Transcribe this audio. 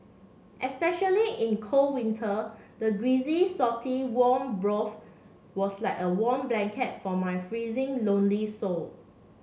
especially in cold winter the greasy salty warm broth was like a warm blanket for my freezing lonely soul